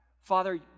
father